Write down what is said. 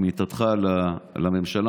עמיתתך לממשלה,